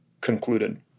concluded